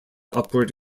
upward